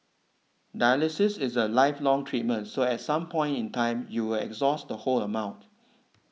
dialysis is a lifelong treatment so at some point in time you will exhaust the whole amount